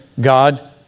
God